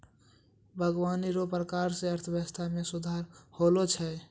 बागवानी रो प्रकार से अर्थव्यबस्था मे सुधार होलो छै